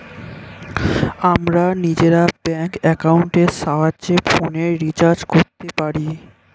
আমরা নিজেরা ব্যাঙ্ক অ্যাকাউন্টের সাহায্যে ফোনের রিচার্জ করতে পারি